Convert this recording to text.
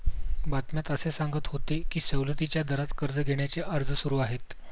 बातम्यात असे सांगत होते की सवलतीच्या दरात कर्ज घेण्याचे अर्ज सुरू आहेत